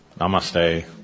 Namaste